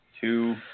two